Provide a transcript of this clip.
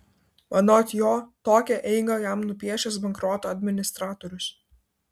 anot jo tokią eigą jam nupiešęs bankroto administratorius